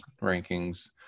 rankings